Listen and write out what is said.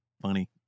funny